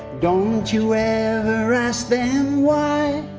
don't you ever ask them why,